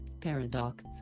Paradox